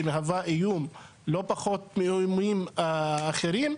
שמהווה איום לא פחות מאיומים אחרים.